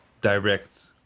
direct